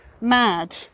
mad